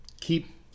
keep